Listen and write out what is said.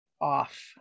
off